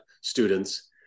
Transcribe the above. students